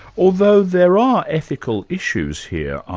although there are ethical issues here,